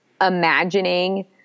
imagining